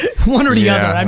one or the yeah um